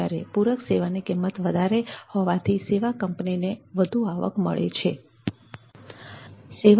જ્યારે પૂરક સેવાની કિંમત વધારે હોવાથી સેવા કંપની વધુ આવક મેળવે છે